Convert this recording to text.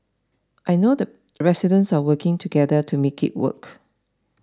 I know the residents are working together to make it work